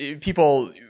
people